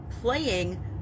playing